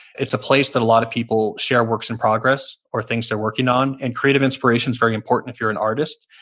it's a place that a lot of people share works in progress or things they're working on and creative inspiration's very important if you're an artist.